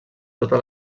tota